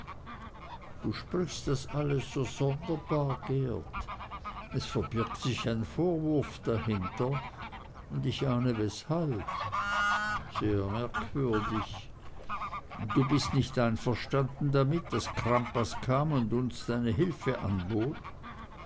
du sprichst das alles so sonderbar geert es verbirgt sich ein vorwurf dahinter und ich ahne weshalb sehr merkwürdig du bist nicht einverstanden damit daß crampas kam und uns seine hilfe anbot